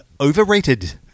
overrated